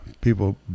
people